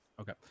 Okay